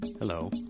Hello